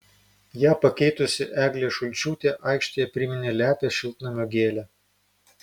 ją pakeitusi eglė šulčiūtė aikštėje priminė lepią šiltnamio gėlę